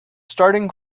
starting